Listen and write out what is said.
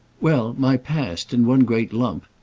well, my past in one great lump.